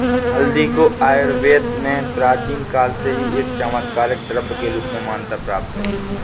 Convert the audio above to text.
हल्दी को आयुर्वेद में प्राचीन काल से ही एक चमत्कारिक द्रव्य के रूप में मान्यता प्राप्त है